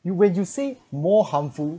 you when you say more harmful